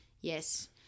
Yes